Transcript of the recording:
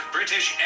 British